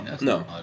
no